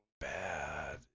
bad